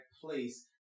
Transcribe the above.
place